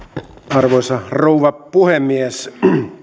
arvoisa rouva puhemies